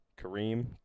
Kareem